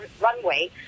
runway